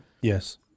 Yes